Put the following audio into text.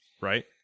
Right